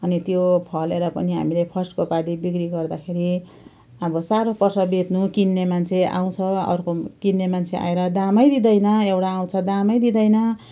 अनि त्यो फलेर पनि हामीले फर्स्टको पालि बिक्री गर्दाखेरि अब साह्रो पर्छ बेच्नु किन्ने मान्छे आउँछ अर्को किन्ने मान्छे आएर दाम दिँदैन एउटा आउँछ दाम दिँदैन